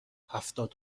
هفتاد